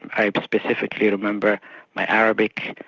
i specifically remember my arabic,